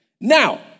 Now